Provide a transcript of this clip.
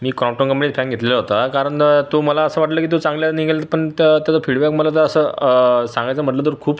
मी Crompton कंपनीचा fan घेतलेला होता कारण तो मला असं वाटलं की तो चांगला निघेल पण त्या त्याचा फीडबॅक मला तर असा सांगायचा म्हटलं तर खूप